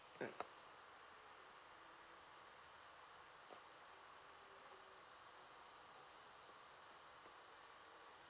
mm